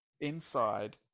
inside